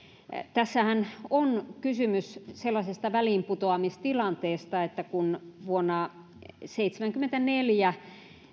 tässähän on kysymys sellaisesta väliinputoamistilanteesta että kun vuonna seitsemänkymmentäneljä